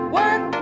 work